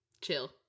Chill